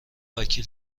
وکیل